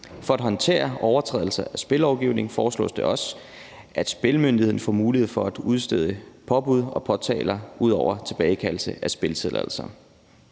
For at håndtere overtrædelser af spillovgivningen foreslås det også, at Spillemyndigheden får mulighed for at udstede påbud og påtaler ud over tilbagekaldelse af spilletilladelser.